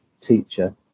teacher